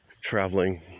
traveling